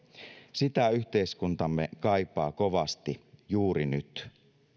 sitä yhteiskuntamme kaipaa kovasti juuri nyt